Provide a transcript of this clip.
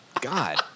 God